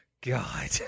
God